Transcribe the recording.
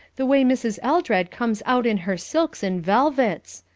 the way mrs. eldred comes out in her silks and velvets,